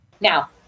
Now